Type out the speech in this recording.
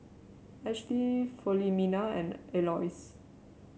Ashlie Filomena and Aloys